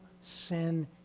sin